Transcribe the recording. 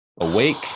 Awake